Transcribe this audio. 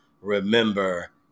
remember